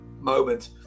moment